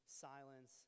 silence